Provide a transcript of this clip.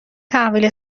تحویل